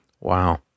Wow